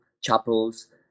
chapels